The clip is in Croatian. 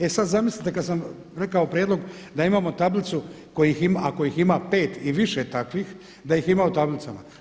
E sad zamislite kad sam rekao prijedlog da imamo tablicu ako ih ima 5 i više takvih da ih ima u tablicama.